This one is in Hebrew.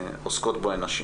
העוסקות בו הן נשים.